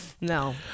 No